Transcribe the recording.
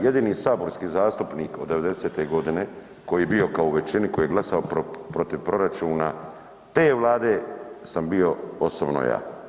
Jedini saborski zastupnik od '90. godine koji je bio kao u većini, koji je glasao protiv proračuna te Vlade sam bio osobno ja.